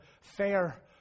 fair